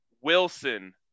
Wilson